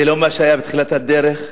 זה לא מה שהיה בתחילת הדרך,